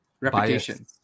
Reputation